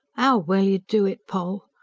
ow well you do it, poll!